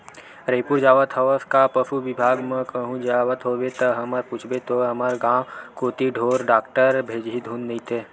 रइपुर जावत हवस का पसु बिभाग म कहूं जावत होबे ता हमर पूछबे तो हमर गांव कोती ढोर डॉक्टर भेजही धुन नइते